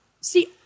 See